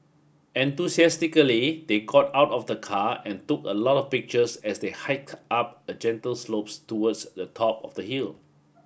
enthusiastically they got out of the car and took a lot of pictures as they hiked up a gentle slope towards the top of the hill